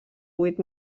vuit